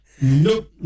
Nope